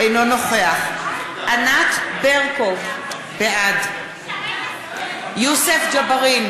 אינו נוכח ענת ברקו, בעד יוסף ג'בארין,